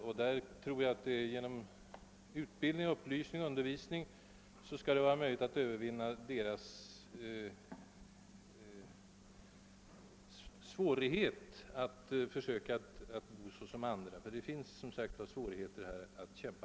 Genom undervisning och utbildning tror jag emellertid att det skall vara möjligt att övervinna vissa zigenares motvillighet att bo på samma sätt som andra människor. Därvidlag finns det som sagt en del svårigheter att övervinna.